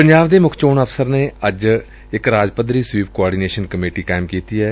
ਪੰਜਾਬ ਦੇ ਮੁੱਖ ਚੋਣ ਅਫਸਰ ਨੇ ਅੱਜ ਇਕ ਰਾਜ ਪੱਧਰੀ ਸਵੀਪ ਕੋਆਰਡੀਨੇਸ਼ਨ ਕਮੇਟੀ ਦਾ ਗਠਨ ਕੀਤੈ